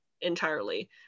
entirely